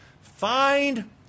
find